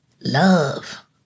love